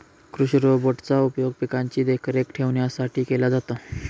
कृषि रोबोट चा उपयोग पिकांची देखरेख ठेवण्यासाठी केला जातो